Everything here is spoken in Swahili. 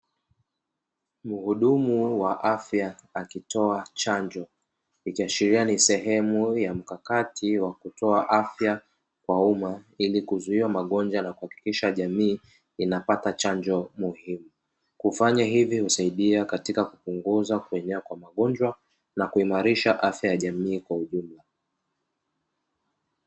Mhudumu wa afya akitoa chanjo, ikiashiria ni sehemu ya mkakati wa kutoa afya kwa umma, ili kuzuia magonjwa na kuhakikisha jamii inapata chanjo muhimu. Kufanya hivo husaidia katika kupunguza kuenea kwa magonjwa na kuimarisha afya ya jamii kwa ujumla.